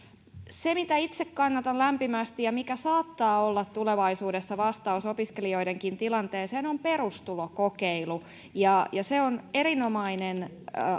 se mitä itse kannatan lämpimästi ja mikä saattaa olla tulevaisuudessa vastaus opiskelijoidenkin tilanteeseen on perustulokokeilu on erinomainen